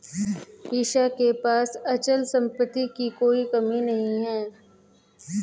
ईशा के पास अचल संपत्ति की कोई कमी नहीं है